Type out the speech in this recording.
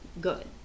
good